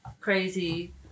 crazy